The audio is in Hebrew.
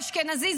אשכנזי,